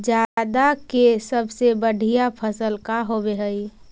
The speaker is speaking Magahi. जादा के सबसे बढ़िया फसल का होवे हई?